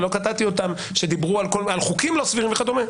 ולא קטעתי אותם כשהם דיברו על חוקים לא סבירים וכדומה.